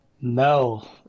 No